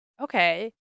okay